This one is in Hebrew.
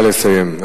נא לסיים.